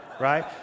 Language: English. right